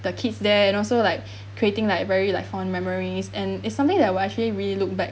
the kids there and also like creating like very like fond memories and it's something that we're actually really look back